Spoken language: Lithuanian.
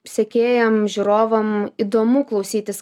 sekėjam žiūrovam įdomu klausytis